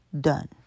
done